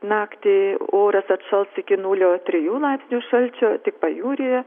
naktį oras atšals iki nulio trejų laipsnių šalčio tik pajūryje